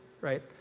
right